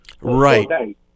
Right